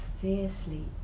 fiercely